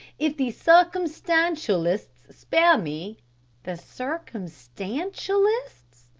if the circumstantialists spare me the circumstantialists,